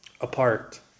apart